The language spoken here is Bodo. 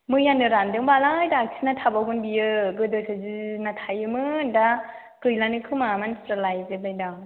मैयानो रान्दोंबालाय दाखि ना थावबावगोन बियो गोदोसो जि ना थायोमोन दा गैलानो खोमा मानसिफ्रा लायजोबबाय दां